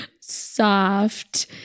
soft